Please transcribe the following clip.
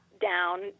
down